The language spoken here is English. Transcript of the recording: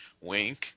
Wink